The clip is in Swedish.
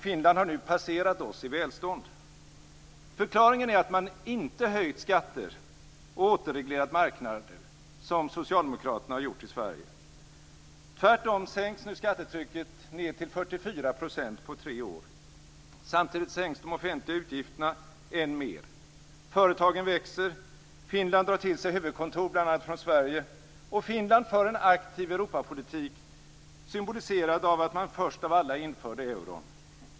Finland har nu passerat oss i välstånd. Förklaringen är att man inte höjt skatter och återreglerat marknader, som socialdemokraterna har gjort i Sverige. Tvärtom sänks nu skattetrycket ned till 44 % på tre år. Samtidigt sänks de offentliga utgifterna än mer. Företagen växer. Finland drar till sig huvudkontor bl.a. från Sverige. Finland för en aktiv Europapolitik, symboliserad av att man först av alla införde euron.